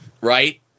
right